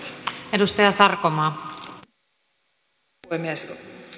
arvoisa puhemies